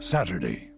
Saturday